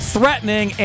threatening